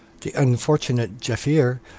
the unfortunate jaaffier,